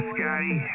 Scotty